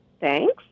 thanks